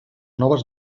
noves